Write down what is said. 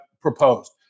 proposed